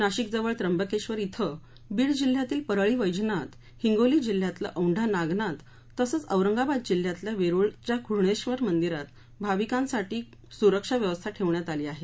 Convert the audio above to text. नाशिक जवळ त्र्यंबकेश्वर शिं बीड जिल्ह्यातलं परळी वैजनाथ हिगोली जिल्ह्यातलं औढा नागनाथ तसंच औरंगाबाद जिल्ह्यातल्या वेरुळच्या घृष्णेश्वर मंदिरात भाविकांसाठी सुरक्षा व्यवस्था ठेवण्यात आली आहे